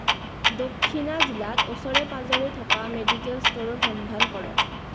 দক্ষিণা জিলাত ওচৰে পাঁজৰে থকা মেডিকেল ষ্ট'ৰৰ সন্ধান কৰক